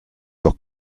doch